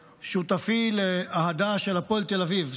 לשותפי לאהדה של הפועל תל אביב,